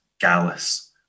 gallus